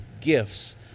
gifts